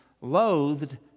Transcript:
loathed